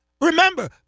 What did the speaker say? Remember